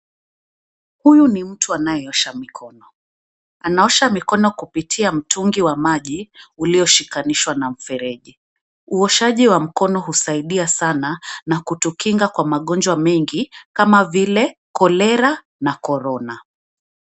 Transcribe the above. Huyu ni mtu anayeosha mikono. Anaosha mikono kupitia mtungi wa maji ulioshikanishwa na mfereji. Uoshaji wa mkono husaidia sana na kutukinga kwa magonjwa mengi kama vile kolera na corona.